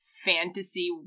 fantasy